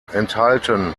enthalten